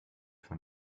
von